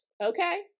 okay